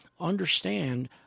understand